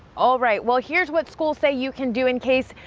all right. well, here's what's cool say you can do in case.